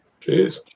Jeez